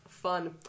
fun